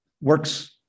works